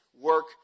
work